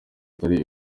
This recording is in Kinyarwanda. atari